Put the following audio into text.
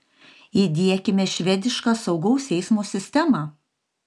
įdiekime švedišką saugaus eismo sistemą